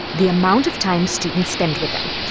the amount of time students spend with them.